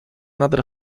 nader